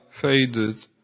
faded